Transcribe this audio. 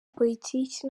politiki